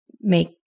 make